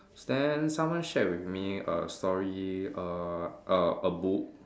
then someone shared with me a story a a a book